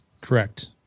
Correct